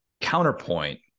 Counterpoint